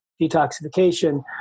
detoxification